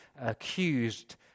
accused